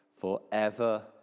forever